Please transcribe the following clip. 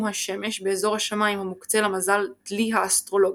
השמש באזור השמיים המוקצה למזל דלי האסטרולוגי.